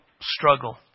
struggle